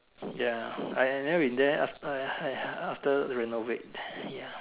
ya I I never been there after I I after renovate ya